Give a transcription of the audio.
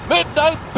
Midnight